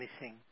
missing